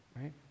right